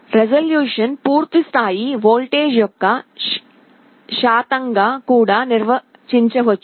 రిజల్యూషన్ను పూర్తి స్థాయి వోల్టేజ్ యొక్క శాతంగా కూడా నిర్వచించవచ్చు